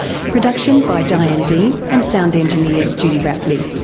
production by diane dean and sound engineer judy rapley.